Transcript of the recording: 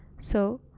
so,